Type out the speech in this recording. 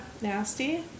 Nasty